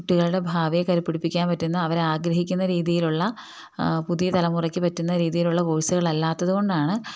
കുട്ടികളുടെ ഭാവിയെ കരുപ്പിടിപ്പിക്കാൻ പറ്റുന്ന അവരാഗ്രഹിക്കുന്ന രീതിയിലുള്ള പുതിയ തലമുറയ്ക്ക് പറ്റുന്ന രീതിയിലുള്ള കോഴ്സുകളല്ലാത്തത് കൊണ്ടാണ്